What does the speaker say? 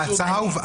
הממשק בין